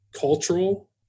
cultural